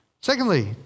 Secondly